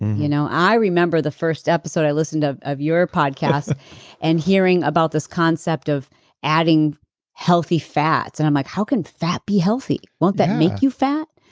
you know i remember the first episode i listened ah of your podcast and hearing about this concept of adding healthy fats. and i'm like, how can fat be healthy? won't that make you fat?